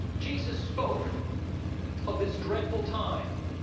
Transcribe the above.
jesus spoke of this dreadful time